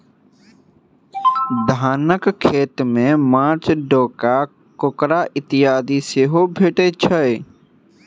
धानक खेत मे माँछ, डोका, काँकोड़ इत्यादि सेहो भेटैत छै